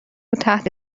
تحت